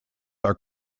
are